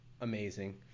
amazing